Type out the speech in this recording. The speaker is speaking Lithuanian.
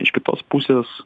iš kitos pusės